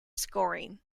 scoring